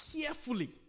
carefully